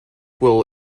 will